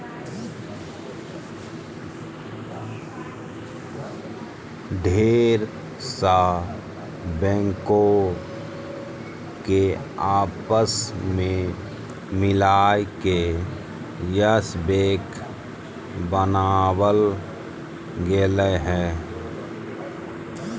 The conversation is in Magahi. ढेर सा बैंको के आपस मे मिलाय के यस बैक बनावल गेलय हें